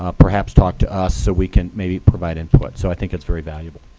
ah perhaps talk to us so we can maybe provide input. so i think it's very valuable.